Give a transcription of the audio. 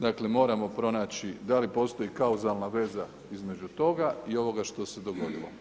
Dakle moramo pronaći da li postoji kauzalna veza između toga i ovog što se dogodilo.